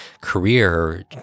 career